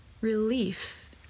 relief